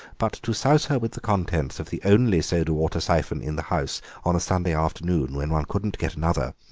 but to souse her with the contents of the only soda-water syphon in the house on a sunday afternoon, when one couldn't get another,